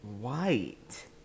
White